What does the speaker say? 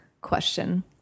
question